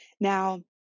Now